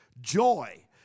Joy